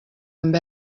amb